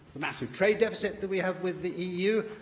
the massive trade deficit that we have with the eu,